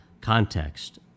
context